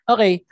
Okay